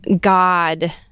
God